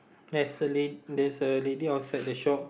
there's a la there's a lady outside the shop